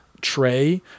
tray